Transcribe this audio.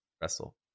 wrestle